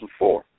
2004